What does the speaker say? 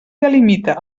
delimita